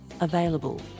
available